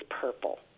purple